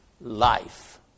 life